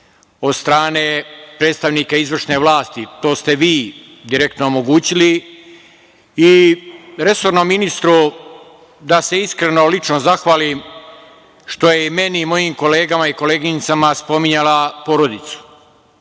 od strane predstavnika izvršne vlasti. To ste vi direktno omogućili. Resornom ministru da se iskreno lično zahvalim što je meni i mojim kolegama i koleginicama spominjala porodicu.